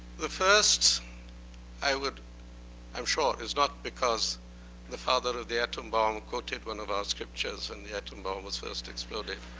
the first i would i'm sure is not because the father of the atom bomb quoted one of our scriptures when and the atom bomb was first exploded.